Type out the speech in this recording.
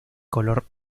color